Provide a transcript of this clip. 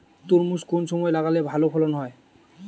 তরমুজ কোন সময় লাগালে ভালো ফলন হয়?